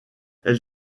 elle